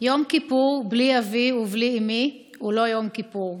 "יום כיפור בלי אבי ובלי אימי / הוא לא יום כיפור.